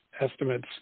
estimates